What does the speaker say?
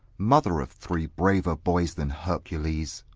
mother of three braver boys than hercules,